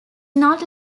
not